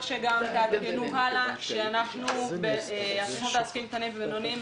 שגם תעדכנו הלאה שאנחנו הסוכנות לעסקים קטנים ובינוניים,